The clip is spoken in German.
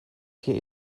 hier